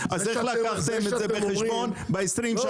אז איך לקחתם את זה בחשבון ב-20 השנים האחרונות?